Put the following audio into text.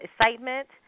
excitement